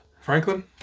Franklin